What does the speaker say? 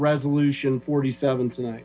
resolution forty seven tonight